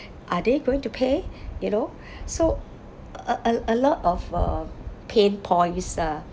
are they going to pay you know so a a a lot of uh pain points ah